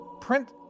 print